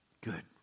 Good